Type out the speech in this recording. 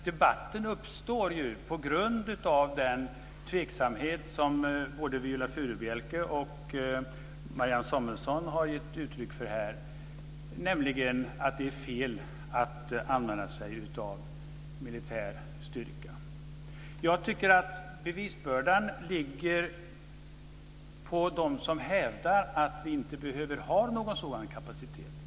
Debatten uppstår på grund av den tveksamhet som både Viola Furubjelke och Marianne Samuelsson har gett uttryck för, nämligen att det är fel att använda sig av militär styrka. Jag tycker att bevisbördan ligger på dem som hävdar att vi inte behöver ha någon sådan kapacitet.